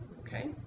Okay